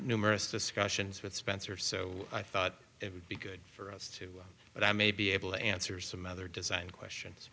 numerous discussions with spencer so i thought it would be good for us to but i may be able to answer some other design questions